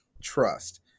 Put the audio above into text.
Trust